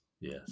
Yes